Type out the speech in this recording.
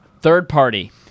Third-party